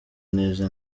neza